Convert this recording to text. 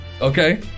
Okay